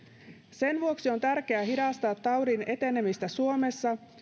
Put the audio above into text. sen vuoksi on tärkeää hidastaa taudin etenemistä suomessa